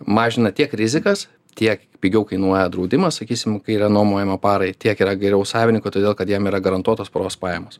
mažina tiek rizikas tiek pigiau kainuoja draudimas sakysim kai yra nuomojama parai tiek yra geriau savininko todėl kad jam yra garantuotos paros pajamos